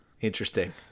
interesting